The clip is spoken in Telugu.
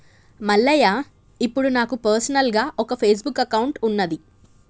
మల్లయ్య ఇప్పుడు నాకు పర్సనల్గా ఒక ఫేస్బుక్ అకౌంట్ ఉన్నది